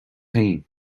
féin